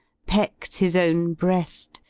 peck'd his own breasl,